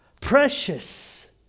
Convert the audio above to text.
Precious